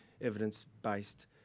evidence-based